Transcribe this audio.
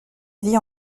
vie